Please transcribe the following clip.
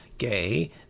Gay